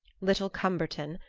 little cumberton,